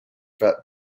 that